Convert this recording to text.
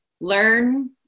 learn